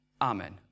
Amen